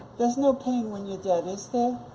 there's no pain when you're dead, is there?